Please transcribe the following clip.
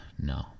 No